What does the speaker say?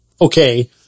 okay